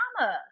mama